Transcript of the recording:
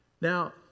Now